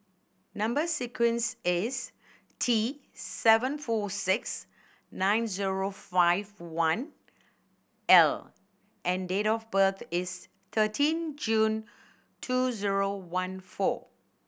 number sequence is T seven four six nine zero five one L and date of birth is thirteen June two zero one four